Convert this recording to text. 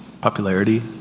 Popularity